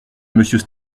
monsieur